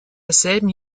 desselben